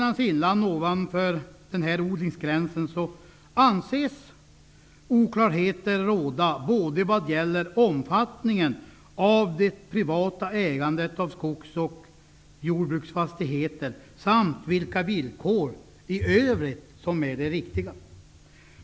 anses oklarheter råda både vad gäller omfattningen av det privata ägandet av skogs och jordbruksfastigheter och vilka villkor som i övrigt är de riktiga.